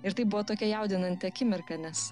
ir tai buvo tokia jaudinanti akimirka nes